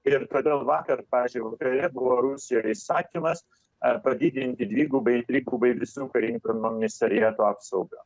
ir todėl vakar pavyzdžiui ir yra buvo rusijoj įsakymas ar padidinti dvigubai trigubai visų karinių komisariatų apsaugą